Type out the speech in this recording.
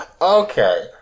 okay